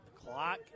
Clock